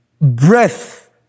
breath